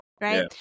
right